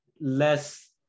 less